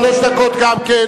שלוש דקות גם כן.